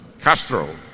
Castro